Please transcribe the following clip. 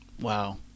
Wow